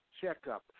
checkup